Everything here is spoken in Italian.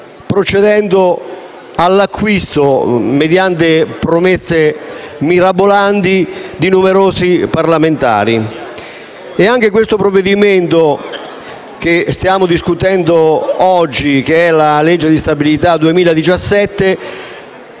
procedendo all'acquisto, mediante promesse mirabolanti, di numerosi parlamentari. Anche il provvedimento che stiamo discutendo oggi, il disegno di legge di bilancio 2017,